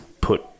put